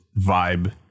vibe